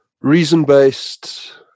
reason-based